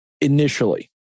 initially